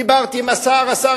דיברתי עם השר,